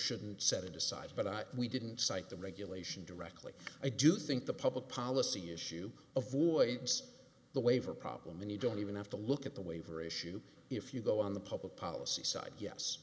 shouldn't set it aside but we didn't cite the regulation directly i do think the public policy issue of voids the waiver problem and you don't even have to look at the waiver issue if you go on the public policy side yes